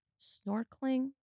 snorkeling